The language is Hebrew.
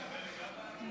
אתה מתכוון לגבאי?